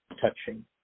touching